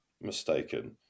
mistaken